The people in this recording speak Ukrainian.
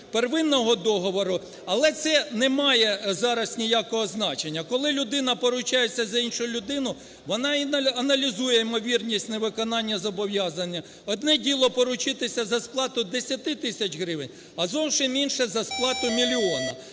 первинного договору, але це немає зараз ніякого значення, коли людина поручається за іншу людину, вона і аналізує ймовірність невиконання зобов'язання. Одне діло поручитися за сплату 10 тисяч гривень, а зовсім інше за сплату мільйону,